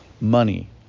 money